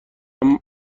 اما